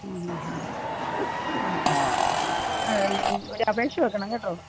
അതെ നിങ്ങൾ ഒരു അപേക്ഷ വെക്കണം കേട്ടോ